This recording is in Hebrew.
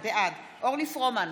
בעד אורלי פרומן,